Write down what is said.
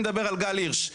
אני מדבר על גל הירש.